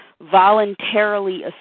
voluntarily